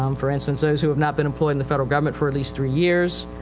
um for instance those who have not been employed in the federal government for at least three years.